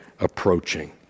approaching